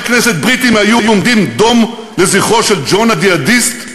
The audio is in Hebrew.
כנסת בריטים היו עומדים דום לזכרו של ג'ון הג'יהאדיסט,